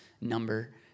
number